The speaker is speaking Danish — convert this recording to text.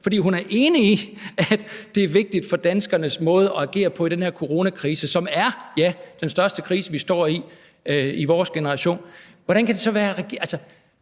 for hun er enig i, at det er vigtigt i forhold til danskernes måde at agere på i den her coronakrise, som er, ja, den største krise, vi står i i vores generation. Altså, hun er enig i det,